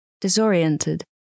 disoriented